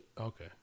Okay